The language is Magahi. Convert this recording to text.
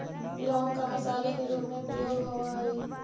लौंग का मसाले के रूप में प्रयोग होवअ हई